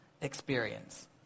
experience